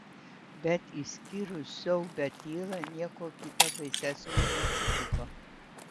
bet išskyrus siaubią tylą nieko kita baisesnio neatsitiko